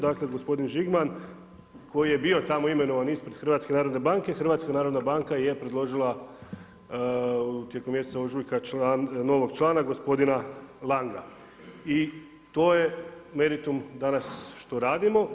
Dakle, gospodin Žigman koji je bio tamo imenovan ispred HNB-a, HNB je predložila tijekom mjeseca ožujka novog člana, gospodina Langa i to je meritum danas što radimo.